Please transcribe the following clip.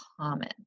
common